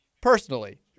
personally